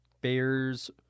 Bears